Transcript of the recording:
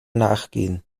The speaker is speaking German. nachgehen